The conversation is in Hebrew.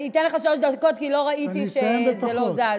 אני אתן לך שלוש דקות, כי לא ראיתי שזה לא זז.